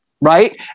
Right